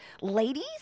ladies